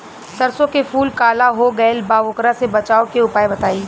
सरसों के फूल काला हो गएल बा वोकरा से बचाव के उपाय बताई?